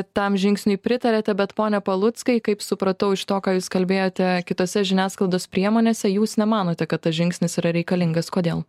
tam žingsniui pritariate bet pone paluckai kaip supratau iš to ką jūs kalbėjote kitose žiniasklaidos priemonėse jūs nemanote kad tas žingsnis yra reikalingas kodėl